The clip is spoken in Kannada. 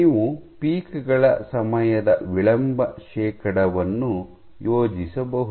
ನೀವು ಪೀಕ್ ಗಳ ಸಮಯದ ವಿಳಂಬ ಶೇಕಡಾವನ್ನು ಯೋಜಿಸಬಹುದು